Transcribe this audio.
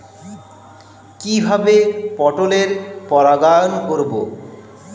কিভাবে পটলের পরাগায়ন করব?